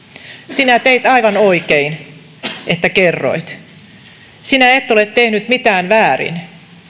sinä teit aivan oikein että kerroit sinä et ole tehnyt mitään väärin